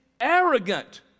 arrogant